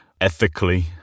ethically